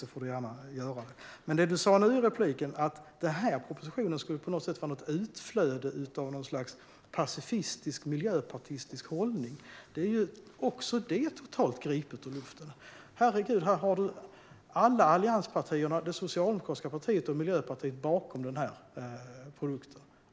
Men i förra repliken sa du att den här propositionen på något sätt skulle vara ett utflöde av något slags pacifistisk miljöpartistisk hållning. Också det är ju totalt gripet ur luften. Herregud, alla allianspartier, det socialdemokratiska partiet och Miljöpartiet står bakom den här produkten!